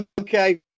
Okay